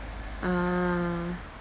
ah